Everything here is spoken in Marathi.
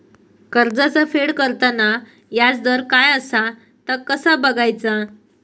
कर्जाचा फेड करताना याजदर काय असा ता कसा बगायचा?